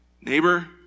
neighbor